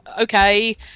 okay